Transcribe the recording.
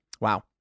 Wow